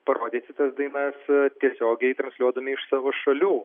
parodyti tas dainas tiesiogiai transliuodami iš savo šalių